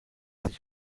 sich